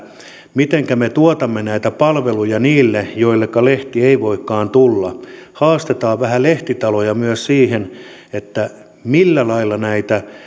mitenkä me tuotamme näitä palveluja niille joilleka lehti ei voikaan tulla haastetaan vähän lehtitaloja myös siihen että millä lailla näitä